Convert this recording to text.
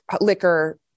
liquor